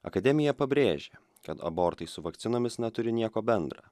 akademija pabrėžė kad abortai su vakcinomis neturi nieko bendra